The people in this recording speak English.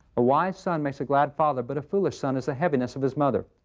a wise son makes a glad father, but a foolish son is the heaviness of his mother.